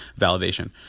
validation